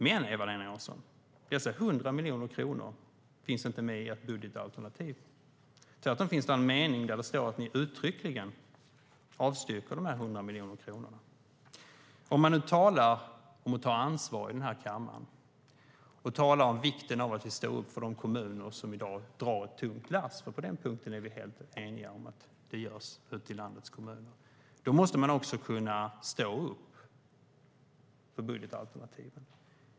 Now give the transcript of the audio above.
Men, Eva-Lena Jansson, dessa 100 miljoner kronor finns inte med i ert budgetalternativ. Jag tror att det i någon mening där står att ni uttryckligen avstyrker de 100 miljoner kronorna. Om man nu talar om att ta ansvar i den här kammaren och om vikten av att vi står upp för de kommuner som i dag drar ett tungt lass - på den punkten är vi helt eniga om att det görs ute i landets kommuner - måste man också kunna stå upp för budgetalternativen.